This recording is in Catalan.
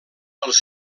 els